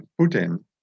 Putin